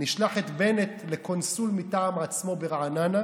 נשלח את בנט לקונסול מטעם עצמו ברעננה,